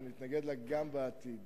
ואני אתנגד לה גם בעתיד,